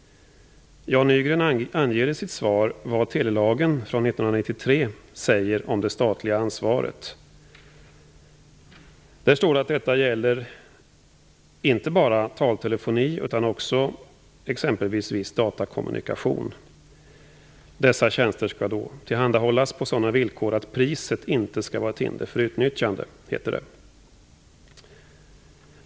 Jan Nygren anger i sitt svar vad telelagen från 1993 säger om det statliga ansvaret. Där står att detta gäller inte bara taltelefoni utan också exempelvis viss datakommunikation. Dessa tjänster skall tillhandahållas på sådana villkor att priset inte skall vara ett hinder för utnyttjande, heter det.